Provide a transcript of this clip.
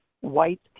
white